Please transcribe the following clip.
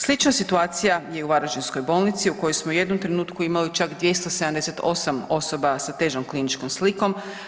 Slična situacija je i u varaždinskoj bolnici u kojoj smo u jednom trenutku imali čak 278 osoba sa težom kliničkom slikom.